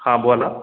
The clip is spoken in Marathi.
हा बोला